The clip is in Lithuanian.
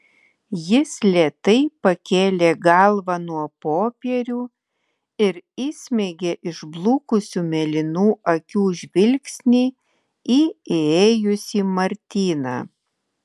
jis lėtai pakėlė galvą nuo popierių ir įsmeigė išblukusių mėlynų akių žvilgsnį į įėjusį martyną